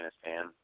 Afghanistan